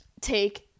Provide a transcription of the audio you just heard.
Take